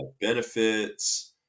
benefits